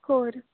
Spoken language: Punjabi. ਹੋਰ